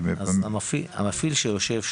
המפעיל שיושב שם,